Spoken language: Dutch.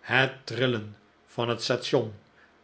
het trillen van het station